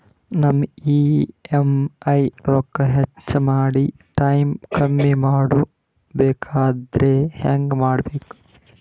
ನಮ್ಮ ಇ.ಎಂ.ಐ ರೊಕ್ಕ ಹೆಚ್ಚ ಮಾಡಿ ಟೈಮ್ ಕಮ್ಮಿ ಮಾಡಿಕೊ ಬೆಕಾಗ್ಯದ್ರಿ ಹೆಂಗ ಮಾಡಬೇಕು?